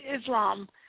Islam